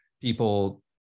People